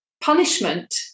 punishment